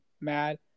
mad